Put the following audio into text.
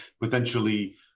potentially